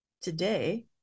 today